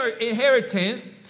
inheritance